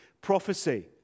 prophecy